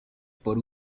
por